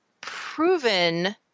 proven